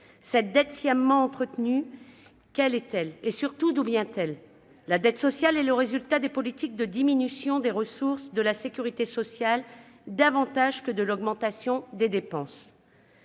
Cette dette, sciemment entretenue, quelle est-elle et surtout d'où vient-elle ? La dette sociale est le résultat des politiques de diminution des ressources de la sécurité sociale davantage que de l'augmentation des dépenses.